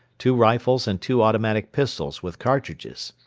two rifles and two automatic pistols with cartridges.